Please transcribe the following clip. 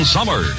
Summer